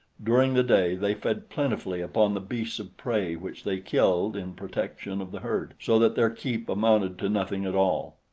during the day they fed plentifully upon the beasts of prey which they killed in protection of the herd, so that their keep amounted to nothing at all.